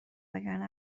وگرنه